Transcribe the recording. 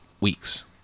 weeks